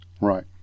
Right